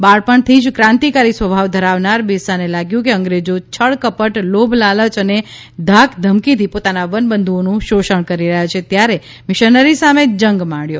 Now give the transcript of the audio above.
બાળપણથી જ ક્રાંતિકારી સ્વભાવ ધરાવનાર બીરસાને લાગ્યું કે અંગ્રેજો છળકપટ લોભ લાલય અને ધાકધમકીથી પોતાના વન બંધુઓનું શોષણ કરી રહ્યા છે ત્યારે મિશનરી સામે જંગ માંડ્યો